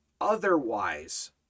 otherwise